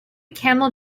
camel